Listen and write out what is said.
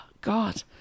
God